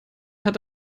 hat